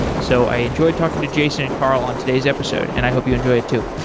so i enjoyed talking to jason and carl on today's episode, and i hope you enjoy it too.